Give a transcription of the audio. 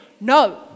No